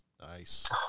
Nice